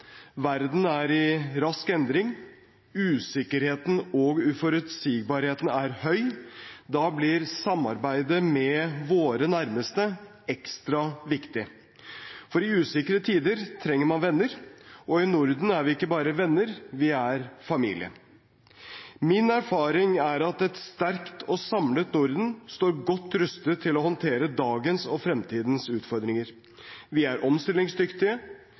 Verden er i rask endring. Usikkerheten og uforutsigbarheten er høy. Da blir samarbeidet med våre nærmeste ekstra viktig. For i usikre tider trenger man venner, og i Norden er vi ikke bare venner, vi er familie. Min erfaring er at et sterkt og samlet Norden står godt rustet til å håndtere dagens og fremtidens utfordringer. Vi er omstillingsdyktige.